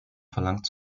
verlangt